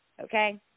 okay